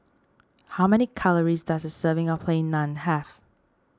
how many calories does a serving of Plain Naan have